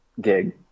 gig